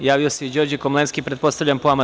Javio se i Đorđe Komlenski, pretpostavljam po amandmanu.